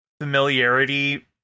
familiarity